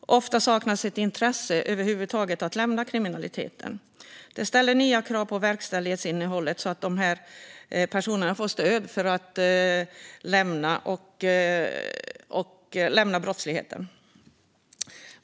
Ofta saknas ett intresse för att över huvud taget lämna kriminaliteten. Det ställer nya krav på verkställighetsinnehållet, så att dessa personer ska få stöd att lämna brottsligheten.